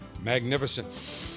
Magnificent